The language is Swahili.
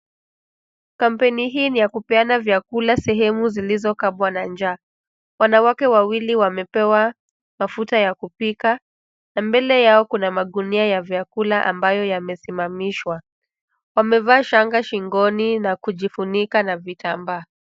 Kampeni hii ni ya kupeana vyakula sehemu zilizokabwa na njaa. Wanawake wawili wamepewa mafuta ya kupika na mbele yao kuna magunia ya vyakula ambayo yamesimamishwa. Wamevaa shanga shingoni na kujifunika na vitambaa.